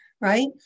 Right